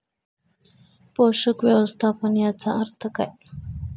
पोषक व्यवस्थापन याचा अर्थ काय?